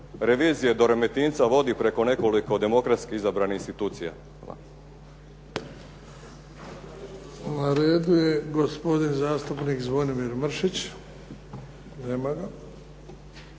revizije do Remetinca vodi preko nekoliko demokratski izabranih institucija. Hvala. **Bebić, Luka (HDZ)** Na redu je gospodin zastupnik Zvonimir Mršić. Nema ga.